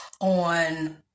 on